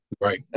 Right